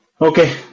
Okay